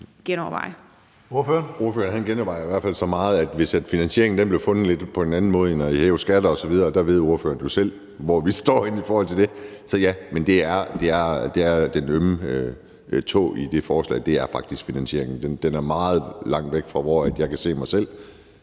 Jeg ville i hvert fald genoverveje det, hvis finansieringen blev fundet på en anden måde end ved at hæve skatter osv., og ordføreren ved jo selv, hvor vi står i forhold til det. Men den ømme tå i det forslag er faktisk finansieringen. Den er meget langt fra, hvor jeg kan se mig selv.